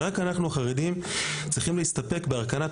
ורק אנחנו החרדים צריכים להסתפק בהרכנת